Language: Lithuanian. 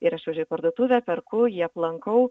ir aš važiuoju į parduotuvę perku jį aplankau